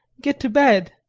get to bed.